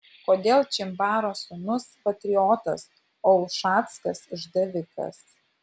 kodėl čimbaro sūnus patriotas o ušackas išdavikas